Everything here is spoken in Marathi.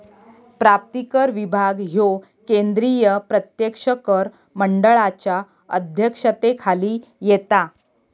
प्राप्तिकर विभाग ह्यो केंद्रीय प्रत्यक्ष कर मंडळाच्या अध्यक्षतेखाली येता